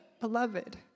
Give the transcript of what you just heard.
beloved